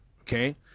Okay